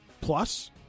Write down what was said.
Plus